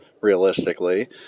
realistically